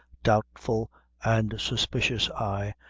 doubtful and suspicious eye,